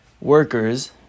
workers